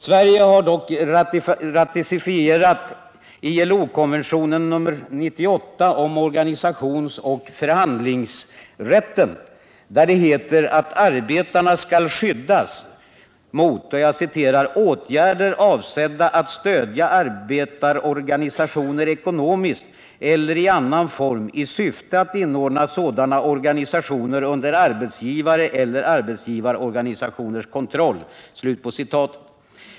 Sverige har dock ratificerat ILO-konventionen nr 98 om organisationsoch förhandlingsrätten, där det heter att arbetarna skall skyddas mot ”åtgärder avsedda att stödja arbetarorganisationer ekonomiskt eller i annan form i syfte att inordna sådana organisationer under arbetsgivares eller arbetsgivarorganisationers kontroll”.